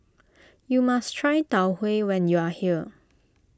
you must try Tau Huay when you are here